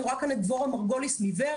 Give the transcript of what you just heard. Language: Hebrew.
אני רואה כאן את דבורה מרגוליס מור"ה,